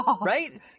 Right